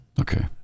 Okay